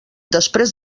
després